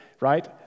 right